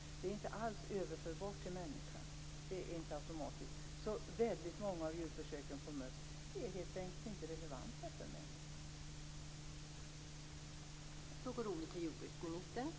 Jag tycker i och för sig på det här stadiet att det kanske är en lämplig kompetens, men vi får se om det kommer att föreslås andra möjligheter.